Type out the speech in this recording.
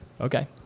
Okay